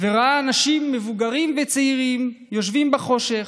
וראה אנשים מבוגרים וצעירים יושבים בחושך,